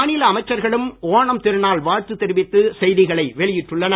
மாநில அமைச்சர்களும் ஓணம் திருநாள் வாழ்த்து தெரிவித்து செய்திகளை வெளியிட்டுள்ளனர்